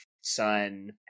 son